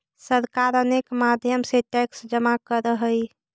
सरकार अनेक माध्यम से टैक्स जमा करऽ हई